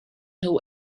nhw